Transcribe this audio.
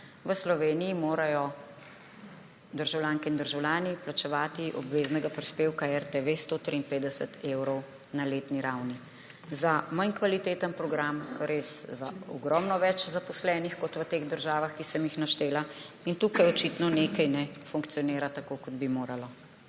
V Sloveniji morajo državljanke in državljani plačevati obveznega prispevka RTV 153 evrov na letni ravni za manj kvaliteten program, za res ogromno več zaposlenih kot v teh državah, ki sem jih naštela. In tukaj očitno nekaj ne funkcionira tako, kot bi moralo.